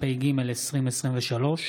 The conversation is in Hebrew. התשפ"ג 2023,